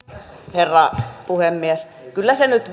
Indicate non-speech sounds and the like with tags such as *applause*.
herra puhemies kyllä se nyt *unintelligible*